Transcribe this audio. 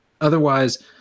Otherwise